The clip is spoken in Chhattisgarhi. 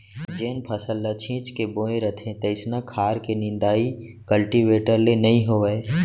जेन फसल ल छीच के बोए रथें तइसना खार के निंदाइ कल्टीवेटर ले नइ होवय